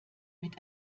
mit